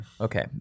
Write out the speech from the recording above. Okay